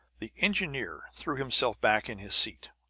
the engineer threw himself back in his seat.